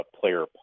player